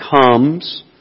Comes